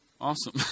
Awesome